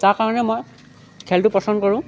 যাৰ কাৰণে মই খেলটো পচন্দ কৰোঁ